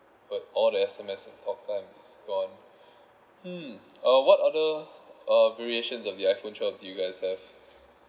but all the S_M_S and talk time is gone hmm uh what other uh variations of the iphone twelve do you guys have